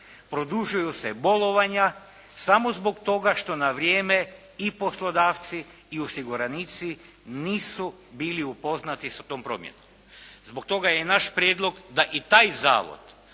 produžuju se bolovanja samo zbog toga što na vrijeme i poslodavci i osiguranici nisu bili upoznati s tom promjenom. Zbog toga je i naš prijedlog da i taj zavod